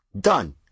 Done